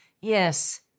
Yes